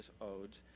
Odes